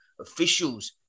Officials